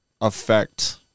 affect